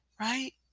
right